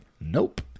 Nope